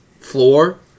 floor